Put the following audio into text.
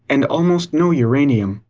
and almost no uranium.